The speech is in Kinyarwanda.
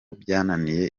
byananiye